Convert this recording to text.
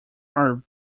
are